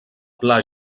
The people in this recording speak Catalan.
pla